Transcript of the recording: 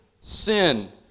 sin